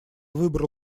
выбрал